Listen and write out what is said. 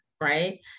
Right